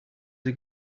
sie